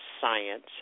science